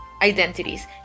identities